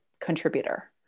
contributor